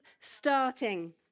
starting